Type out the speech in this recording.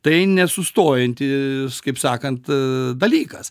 tai nesustojantis kaip sakant a dalykas